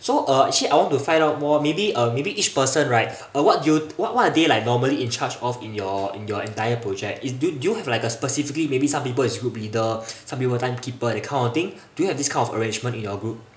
so uh actually I want to find out more maybe uh maybe each person right uh what do you what what are they like normally in charge of in your in your entire project is do you do you have like specifically maybe some people is group leader some people timekeeper that kind of thing do you have this kind of arrangement in your group